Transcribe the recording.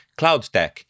CloudTech